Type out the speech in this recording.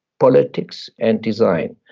politics and design.